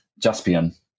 Jaspian